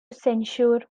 censure